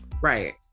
Right